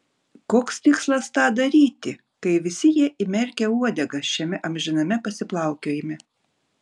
koks tikslas tą daryti kai visi jie įmerkę uodegas šiame amžiname pasiplaukiojime